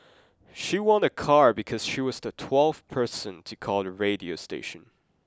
she won a car because she was the twelfth person to call the radio station